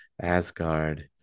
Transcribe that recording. Asgard